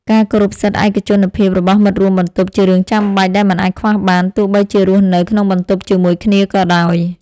ការគោរពសិទ្ធិឯកជនភាពរបស់មិត្តរួមបន្ទប់ជារឿងចាំបាច់ដែលមិនអាចខ្វះបានទោះបីជារស់នៅក្នុងបន្ទប់ជាមួយគ្នាក៏ដោយ។